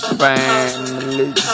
family